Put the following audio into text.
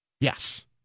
Yes